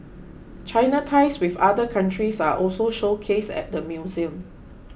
China ties with other countries are also showcased at the museum